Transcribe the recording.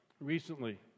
Recently